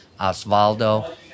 Osvaldo